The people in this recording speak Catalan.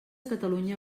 catalunya